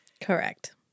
Correct